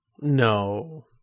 No